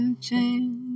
change